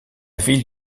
ville